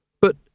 but—